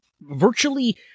virtually